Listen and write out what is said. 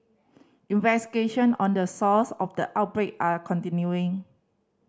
investigation on the source of the outbreak are continuing